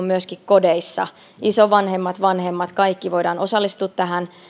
myöskin kodeissa isovanhemmat ja vanhemmat voivat me kaikki voimme osallistua tähän